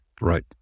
Right